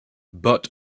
but